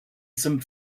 some